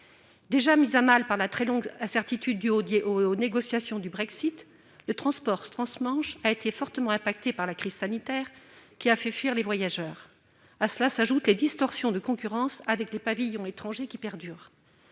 Déjà mis à mal par la très longue incertitude due aux négociations du Brexit, le transport trans-Manche a été fortement affecté par la crise sanitaire, qui a fait fuir les voyageurs. À cela s'ajoutent les distorsions de concurrence, qui perdurent, avec les pavillons étrangers. En effet,